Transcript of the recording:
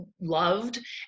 loved